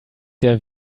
der